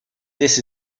this